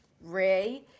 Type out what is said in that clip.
Ray